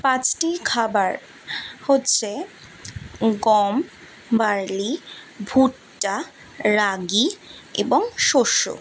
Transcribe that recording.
পাঁচটি খাবার হচ্ছে গম বার্লি ভুট্টা রাগি এবং শস্য